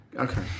Okay